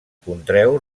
contreu